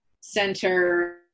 center